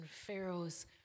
Pharaoh's